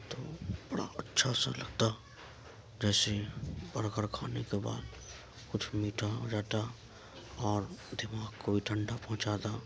تو بڑا اچھا سا لگتا جیسے برگر کھانے کے بعد کچھ میٹھا ہو جاتا اور دماغ کو بھی ٹھنڈا پہنچاتا